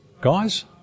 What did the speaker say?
guys